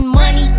money